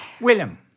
Willem